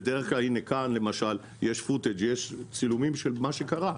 בדרך כלל, יש צילומים של מה שקרה.